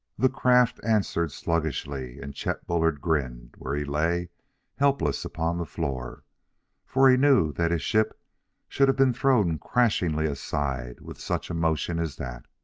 the craft answered sluggishly, and chet bullard grinned where he lay helpless upon the floor for he knew that his ship should have been thrown crashingly aside with such a motion as that.